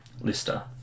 Lister